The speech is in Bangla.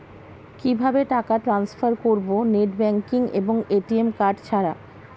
কিভাবে টাকা টান্সফার করব নেট ব্যাংকিং এবং এ.টি.এম কার্ড ছাড়া?